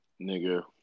nigga